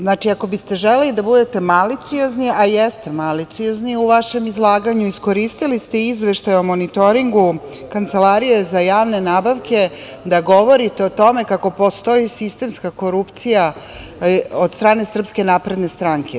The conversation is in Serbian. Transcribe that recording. Znači, ako biste želeli da budete maliciozni, a i jeste maliciozni u vašem izlaganju, iskoristili ste Izveštaj o monitoringu Kancelarije za javne nabavke da govorite o tome kako postoji sistemska korupcija od strane SNS.